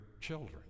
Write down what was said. children